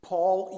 Paul